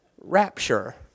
rapture